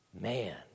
man